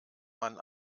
man